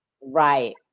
Right